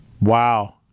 wow